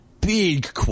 big